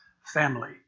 family